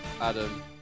Adam